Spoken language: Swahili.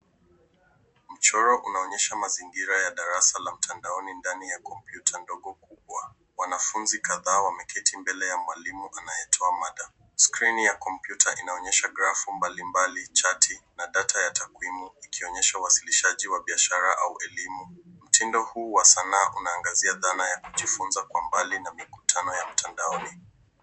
Mchoro unaonyesha mazingira ya darasa la mtandaoni ndani ya kompyuta ndogo kubwa. Wanafunzi kadhaa wameketi mbele ya mwalimu anayetoa mada. Skrini ya kompyuta inaonyesha grafu mbali mbali na chati na data ya takwimu ikionyesha uwasilishaji wa biashara au elimu. Mtindo huu wa sanaa inaangazia dhana ya kujifunzabkwa mbali na mtandaoni.